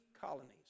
colonies